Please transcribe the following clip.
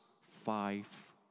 five